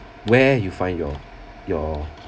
where you find your your